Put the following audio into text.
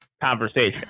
conversation